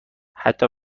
حتی